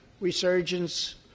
resurgence